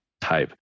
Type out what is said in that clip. type